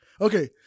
Okay